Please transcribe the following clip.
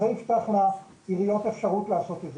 וזה יש לעיריות אפשרות לעשות את זה.